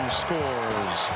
scores